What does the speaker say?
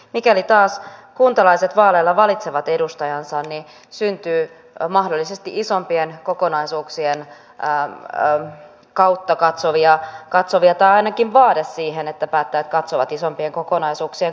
mikäli taas kuntalaiset vaaleilla valitsevat edustajansa niin syntyy mahdollisesti isompien kokonaisuuksien kautta katsovia tai ainakin vaade siihen että päättäjät katsovat isompien kokonaisuuksien kautta